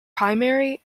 primary